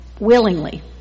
willingly